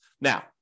Now